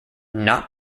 not